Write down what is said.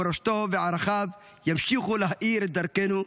מורשתו וערכיו ימשיכו להאיר את דרכנו.